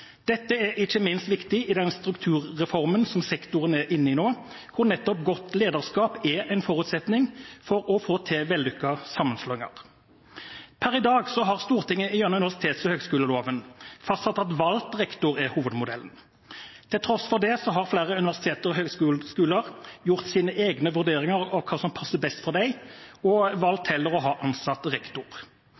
Dette er ikke minst viktig i den strukturreformen sektoren er inne i nå, hvor nettopp godt lederskap er en forutsetning for vellykkede sammenslåinger. Per i dag har Stortinget gjennom universitets- og høyskoleloven fastsatt at valgt rektor er hovedmodellen. Til tross for det har flere universiteter og høyskoler gjort sine egne vurderinger av hva som passer best for dem og heller valgt å ha ansatt rektor.